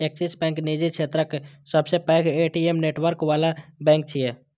Axis bank निजी क्षेत्रक सबसं पैघ ए.टी.एम नेटवर्क बला बैंक छियै